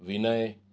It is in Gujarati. વિનય